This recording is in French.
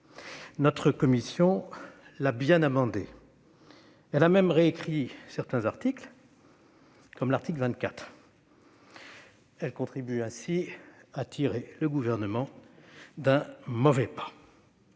Notre commission l'a bien amendé ; elle en a même réécrit certains articles, comme l'article 24. Elle contribue ainsi à tirer le Gouvernement d'un mauvais pas.